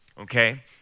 okay